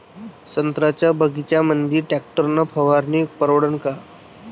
संत्र्याच्या बगीच्यामंदी टॅक्टर न फवारनी परवडन का?